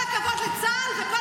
חבר